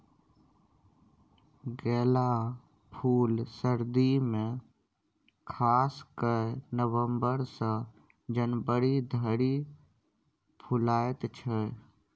गेना फुल सर्दी मे खास कए नबंबर सँ जनवरी धरि फुलाएत छै